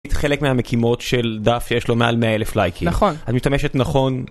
חלק מהמקימות של דף שיש לו מעל 100 אלף לייקים. נכון. את משתמשת נכון.